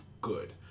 good